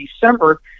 December